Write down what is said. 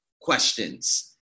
questions